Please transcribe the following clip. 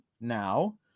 now